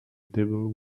table